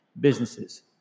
businesses